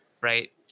right